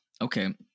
Okay